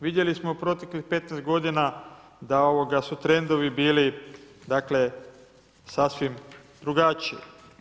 Vidjeli smo u proteklih 15 godina da su trendovi bili dakle sasvim drugačiji.